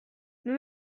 nous